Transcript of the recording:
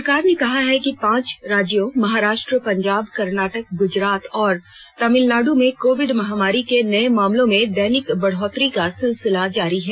सरकार ने कहा है कि पांच राज्यों महाराष्ट्र पंजाब कर्नाटक ग्रजरात और तमिलनाड् में कोविड महामारी के नए मामलों में दैनिक बढ़ोतरी का सिलसिला जारी है